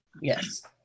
Yes